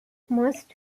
most